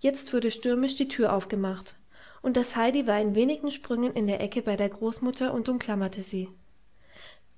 jetzt wurde stürmisch die tür aufgemacht und das heidi war in wenigen sprüngen in der ecke bei der großmutter und umklammerte sie